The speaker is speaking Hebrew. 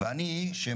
אני רוצה